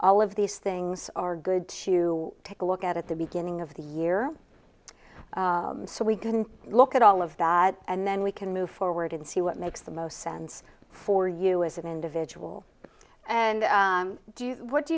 all of these things are good to take a look at at the beginning of the year so we can look at all of that and then we can move forward and see what makes the most sense for you as an individual and do you what do